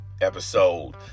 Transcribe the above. episode